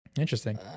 Interesting